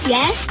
Yes